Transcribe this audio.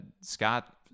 scott